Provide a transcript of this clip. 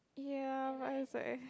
ya but it's like